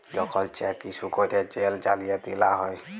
যখল cheque issue ক্যইরে জেল জালিয়াতি লা হ্যয়